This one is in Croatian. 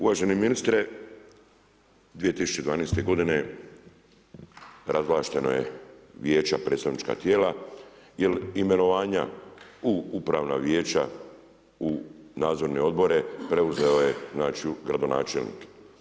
Uvaženi ministre, 2012. godine razvlašteno je vijeće, predstavnička tijela jer imenovanja u upravna vijeća, u nadzorne odbore preuzeo je gradonačelnik.